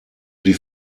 die